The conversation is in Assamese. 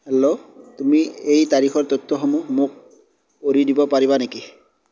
হেল্ল' তুমি এই তাৰিখৰ তথ্যসমূহ মোক দিব পাৰিবা নেকি